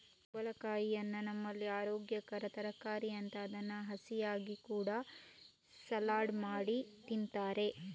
ಕುಂಬಳಕಾಯಿಯನ್ನ ನಮ್ಮಲ್ಲಿ ಅರೋಗ್ಯಕರ ತರಕಾರಿ ಅಂತ ಅದನ್ನ ಹಸಿಯಾಗಿ ಕೂಡಾ ಸಲಾಡ್ ಮಾಡಿ ತಿಂತಾರೆ